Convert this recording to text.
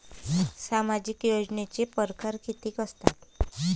सामाजिक योजनेचे परकार कितीक असतात?